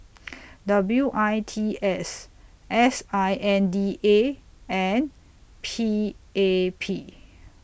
W I T S S I N D A and P A P